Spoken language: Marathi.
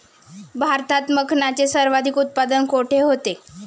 भारतात मखनाचे सर्वाधिक उत्पादन कोठे होते?